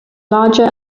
larger